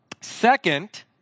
Second